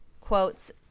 quotes